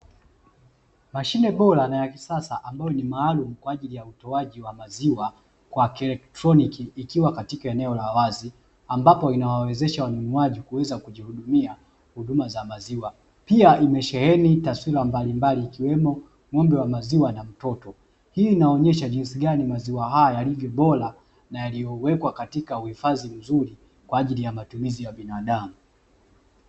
Mashine bora na ya kisasa ambayo ni maalumu kwaajili ya utoaji wa maziwa kwa kieletroniki ikiwa katika eneo la wazi, ambapo linawawezesha wanunuaji kuweza kujihudumia huduma za maziwa, pia imesheheni taswira mbalimbali ikiwemo ngómbe wa maziwa na mtoto, hii inaonesha jinsi gani maziwa hayo yaliyo bora na yaliyo wekwa katika uhifadhi mzuri kwa ajili ya matumizi ya binadamu.